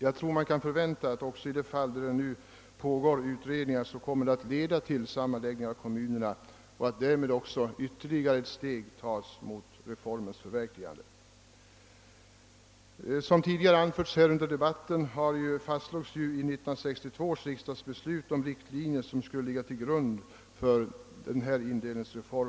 Jag tror att man kan förvänta att också där det nu pågår utredningar kommer dessa att leda till sammanläggningar av kommunerna och att därmed även ytterligare ett steg tas mot reformens förverkligande. Som tidigare anförts här under debatten fastslogs i 1962 års riksdagsbeslut de riktlinjer som skulle ligga till grund för denna indelningsreform.